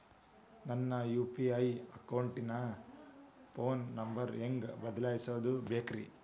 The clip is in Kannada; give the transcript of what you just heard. ನನ್ನ ಯು.ಪಿ.ಐ ಅಕೌಂಟಿನ ಫೋನ್ ನಂಬರ್ ಹೆಂಗ್ ಬದಲಾಯಿಸ ಬೇಕ್ರಿ?